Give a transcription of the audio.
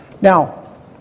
Now